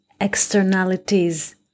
externalities